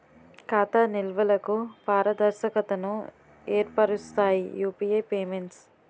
ఖాతా నిల్వలకు పారదర్శకతను ఏర్పరుస్తాయి యూపీఐ పేమెంట్స్